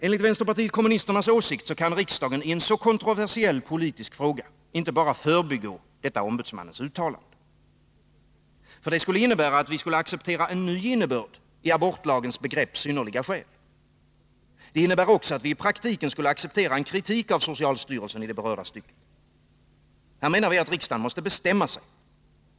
Enligt vpk:s åsikt kan riksdagen i en så kontroversiell politisk fråga inte bara förbigå ombudsmannens uttalande. Det innebär att vi skulle acceptera en ny innebörd i abortlagens begrepp synnerliga skäl. Det innebär också att vi i praktiken skulle acceptera en kritik av socialstyrelsen. Riksdagen måste bestämma sig.